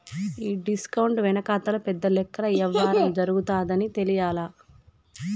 ఈ డిస్కౌంట్ వెనకాతల పెద్ద లెక్కల యవ్వారం జరగతాదని తెలియలా